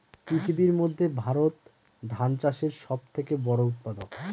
পৃথিবীর মধ্যে ভারত ধান চাষের সব থেকে বড়ো উৎপাদক